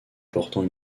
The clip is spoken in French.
portant